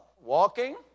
Walking